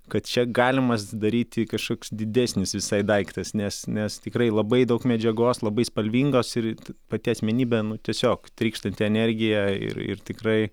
kad čia galimas daryti kažkoks didesnis visai daiktas nes nes tikrai labai daug medžiagos labai spalvingos ir pati asmenybė nu tiesiog trykštanti energija ir ir tikrai